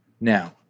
Now